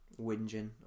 whinging